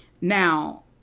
Now